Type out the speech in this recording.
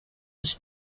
was